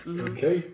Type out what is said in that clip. Okay